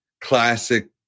classic